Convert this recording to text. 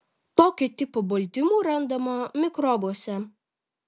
tokio tipo baltymų randama mikrobuose